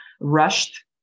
rushed